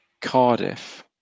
Cardiff